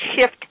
shift